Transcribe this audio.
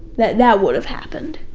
that that would have happened.